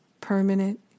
permanent